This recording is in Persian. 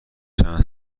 چند